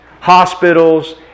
hospitals